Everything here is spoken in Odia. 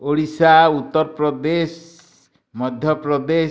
ଓଡ଼ିଶା ଉତ୍ତରପ୍ରଦେଶ ମଧ୍ୟପ୍ରଦେଶ